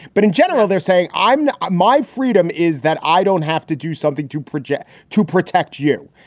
but in general they're saying i'm my freedom is that i don't have to do something to projet to protect you.